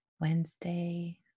Wednesday